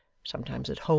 sometimes at home,